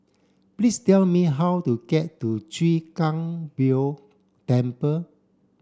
please tell me how to get to Chwee Kang Beo Temple